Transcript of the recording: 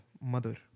mother